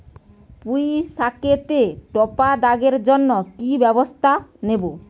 পুই শাকেতে টপা দাগের জন্য কি ব্যবস্থা নেব?